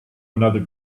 another